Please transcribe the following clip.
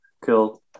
cool